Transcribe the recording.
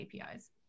APIs